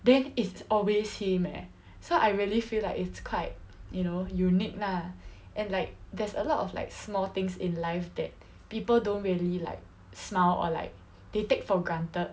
then is always him eh so I really feel like it's quite you know unique lah and like there's a lot of like small things in life that people don't really like smile or like they take for granted